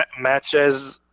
ah matches,